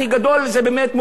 וזה לא מעניין אף אחד.